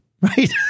right